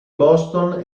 boston